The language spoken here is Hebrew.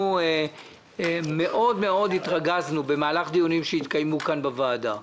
אנחנו מאוד מאוד התרגזנו במהלך דיונים שהתקיימו כאן בוועדה.